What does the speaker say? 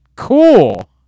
Cool